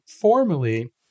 formally